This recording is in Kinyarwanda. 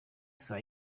saa